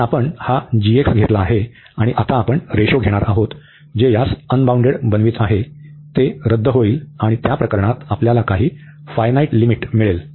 तर आपण हा घेतला आहे आणि आता आपण रेशो घेणार आहोत जे यास अनबाऊंडेड बनवित आहे ते रद्द होईल आणि त्या प्रकरणात आपल्याला काही फायनाईट लिमिट मिळेल